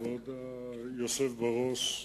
כבוד היושב בראש,